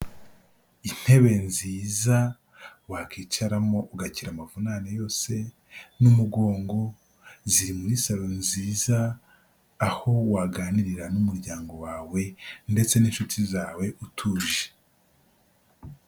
Intebe nziza, wakicaramo ugakira amavunane yose n'umugongo, ziri muri salo nziza, aho waganirira n'umuryango wawe ndetse n'inshuti zawe utuje.